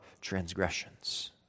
transgressions